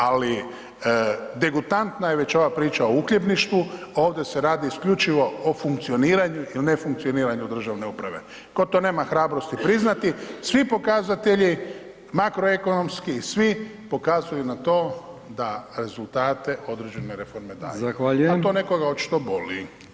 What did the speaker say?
Ali degutantna je već ova priča o uhljebništvu, ovdje se radi isključivo o funkcioniranju ili ne funkcioniranju državne uprave, tko to nema hrabrosti priznati, svi pokazatelji makroekonomski i svi pokazuju na to da rezultate određene daju [[Upadica: Zahvaljujem.]] a to nekoga očito boli.